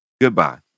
goodbye